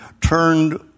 turned